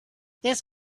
this